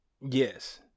yes